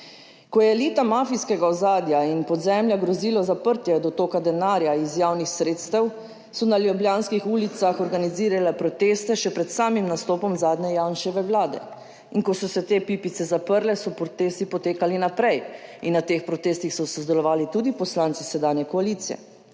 Ko je elita mafijskega ozadja in podzemlja grozilo zaprtje dotoka denarja iz javnih sredstev, so na ljubljanskih ulicah organizirale proteste še pred samim nastopom zadnje Janševe vlade, in ko so se te pipice zaprle, so protesti potekali naprej in na teh protestih so sodelovali tudi poslanci sedanje koalicije.